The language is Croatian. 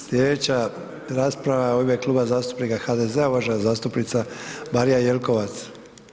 Sljedeća rasprava je u ime Kluba zastupnika HDZ-a, uvažena zastupnica Marija Jelkovac.